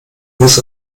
muss